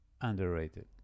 Underrated